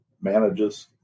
manages